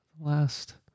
last